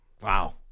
Wow